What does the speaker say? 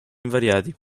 invariati